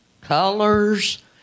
colors